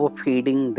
feeding